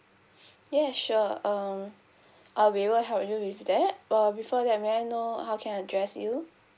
yes sure um I'll be able to help you with that err before that may I know how can I address you